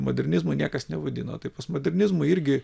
modernizmu niekas nevadino tai postmodernizmu irgi